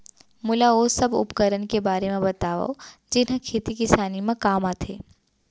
मोला ओ सब उपकरण के बारे म बतावव जेन ह खेती किसानी म काम आथे?